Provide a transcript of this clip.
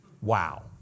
Wow